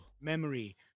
memory